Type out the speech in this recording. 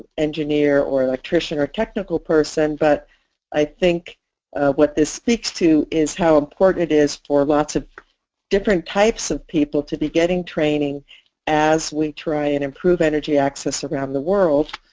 engineer or electrician or technical person but i think what this speaks to is how important it is for lots of different types of people to be getting training as we try and improve energy access around the world.